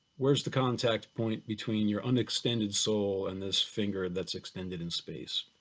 where's the contact point between your unextended soul and this finger that's extended in space?